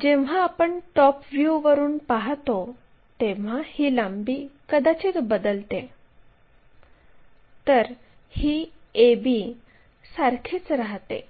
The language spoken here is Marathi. जेव्हा आपण समोर असलेल्या टॉप व्ह्यूवरून पहात असतो तेव्हा ते XY लाईनच्या खाली 15 मिमी अंतरावर आहे